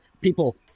people